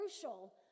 crucial